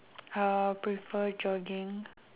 uh prefer jogging